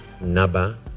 Naba